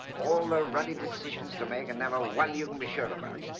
all the ruddy decisions to make and never one you can be sure about.